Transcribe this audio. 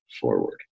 forward